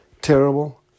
terrible